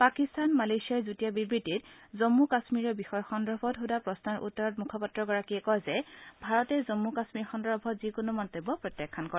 পাকিস্তান মালয়েছিয়াৰ যুটীয়া বিবৃতিত জম্মু কাশ্মীৰৰ বিষয় সন্দৰ্ভত সোধা প্ৰশ্নৰ উত্তৰত মুখপাত্ৰগৰাকীয়ে কয় যে ভাৰতে জম্মু কাশ্মীৰ সন্দৰ্ভত যিকোনো মন্তব্য প্ৰত্যাখ্যান কৰে